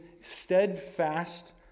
steadfast